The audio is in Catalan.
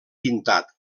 pintat